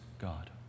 God